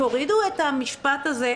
תורידו את המשפט הזה,